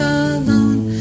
alone